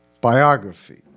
biography